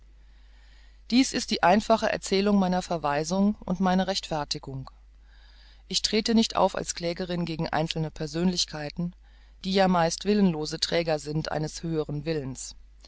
dies ist die einfache erzählung meiner verweisung und meine rechtfertigung ich trete nicht auf als klägerin gegen einzelne persönlichkeiten die ja meist willenlose träger sind eines höhern willens